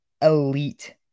elite